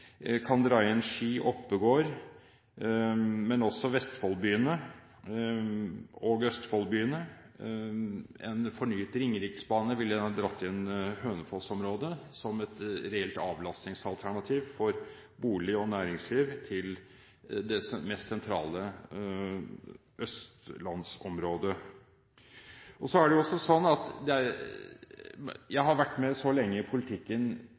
kan dra inn Ski, Oppegård, men også Vestfold-byene og Østfold-byene. En fornyet Ringeriksbane ville ha dratt inn Hønefoss-området, som et reelt avlastningsalternativ for boliger og næringsliv til det mest sentrale østlandsområdet. Jeg har vært med lenge i politikken,